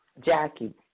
Jackie